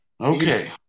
Okay